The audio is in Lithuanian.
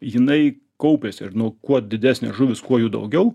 jinai kaupiasi ir nu kuo didesnės žuvys kuo jų daugiau